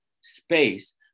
space